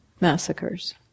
massacres